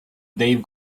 dave